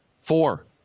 four